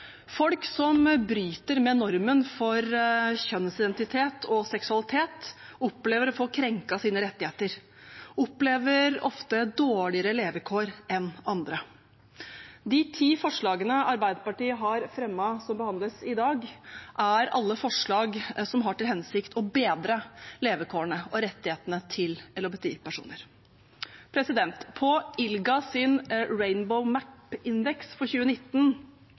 Folk som bryter med normen for kjønnsidentitet og seksualitet, opplever å få krenket sine rettigheter, og de opplever ofte dårligere levekår enn andre. De ti forslagene Arbeiderpartiet har fremmet som behandles i dag, er alle forslag som har til hensikt å bedre levekårene og rettighetene til LHBTI-personer. På ILGAs «Rainbow Map&Index» for 2019